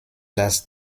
das